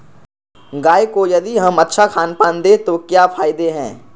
गाय को यदि हम अच्छा खानपान दें तो क्या फायदे हैं?